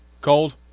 Cold